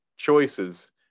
choices